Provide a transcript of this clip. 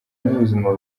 n’ubuzima